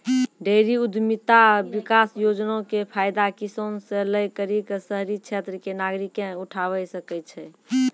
dairy उद्यमिता विकास योजना के फायदा किसान से लै करि क शहरी क्षेत्र के नागरिकें उठावै सकै छै